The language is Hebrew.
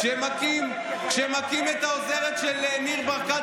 כשמכים את העוזרת של ניר ברקת,